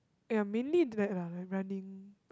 ya mainly dread lah like running